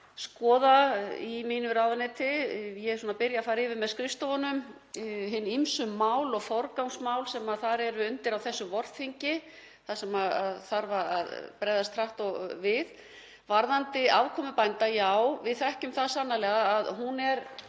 skoða í mínu ráðuneyti. Ég er að byrja að fara yfir með skrifstofunum hin ýmsu mál og forgangsmál sem undir eru á þessu vorþingi, þar sem þarf að bregðast hratt við. Varðandi afkomu bænda: Já, við þekkjum það sannarlega að hún hefur